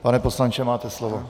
Pane poslanče, máte slovo.